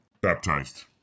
Baptized